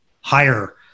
higher